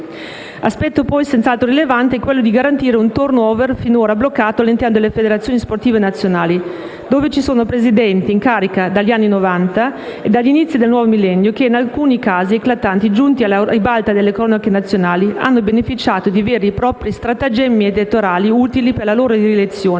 Aspetto, poi, senz'altro rilevante è quello di garantire un *turnover* finora bloccato all'interno delle federazioni sportive nazionali, dove ci sono presidenti in carica dagli anni Novanta o dagli inizi del nuovo millennio, che - in alcuni casi eclatanti giunti alla ribalta delle cronache nazionali - hanno beneficiato di veri e propri stratagemmi elettorali utili per la loro rielezione